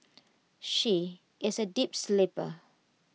she is A deep sleeper